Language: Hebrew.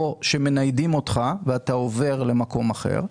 או כשמניידים אותך, ואתה עובר למקום אחר.